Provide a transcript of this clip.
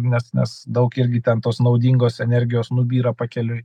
nes nes daug irgi ten tos naudingos energijos nubyra pakeliui